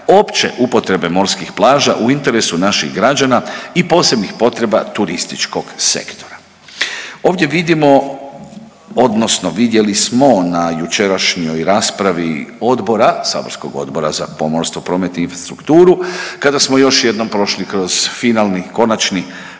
opće upotrebe morskih plaža u interesu naših građana i posebnih potreba turističkog sektora. Ovdje vidimo, odnosno vidjeli smo na jučerašnjoj raspravi odbora, saborskog Odbora za pomorstvo, promet i infrastrukturu kada smo još jednom prošli kroz finalni, konačni